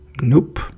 Nope